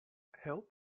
health